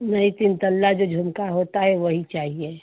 नहीं तीन तल्ला जो झुमका होता है वही चाहिए